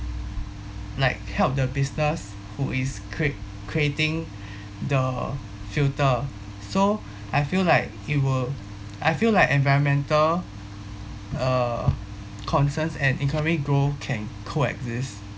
like help the business who is create creating the filter so I feel like it will I feel like environmental uh concerns and economic growth can co-exist